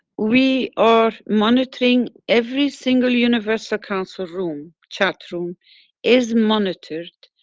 we are monitoring every single universal council room, chat room is monitored.